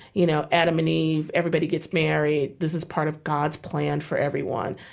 you know, adam and eve, everybody gets married, this is part of god's plan for everyone.